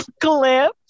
clip